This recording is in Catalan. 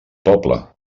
poble